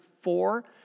four